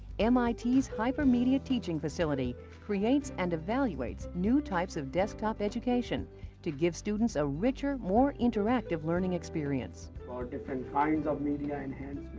um ah hypermedia teaching facility creates and evaluates new types of desktop education to give students a richer, more interactive learning experience. all different kinds of media and